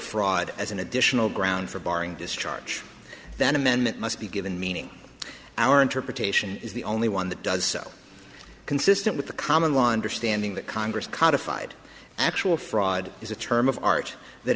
fraud as an additional ground for barring discharge that amendment must be given meaning our interpretation is the only one that does so consistent with the common law understanding that congress codified actual fraud is a term of art that